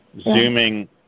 Zooming